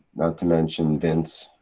not too mention vince,